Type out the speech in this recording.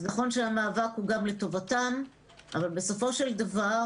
נכון שהמאבק הוא גם לטובתם אבל בסופו של דבר